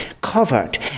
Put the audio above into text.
covered